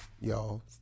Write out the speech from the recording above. y'all